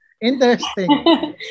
interesting